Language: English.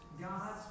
God's